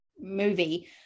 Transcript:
movie